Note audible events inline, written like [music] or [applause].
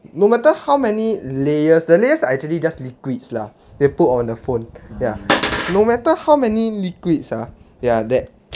no matter how many layers the layers are actually just liquids lah you put on the phone ya no matter how many liquids ah ya that [noise]